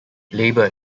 labor